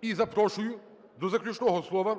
І запрошую до заключного слова